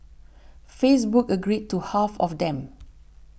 Facebook agreed to half of them